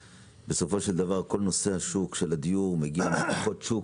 בסופו של דבר כל נושא הדיור קשור לכוחות השוק.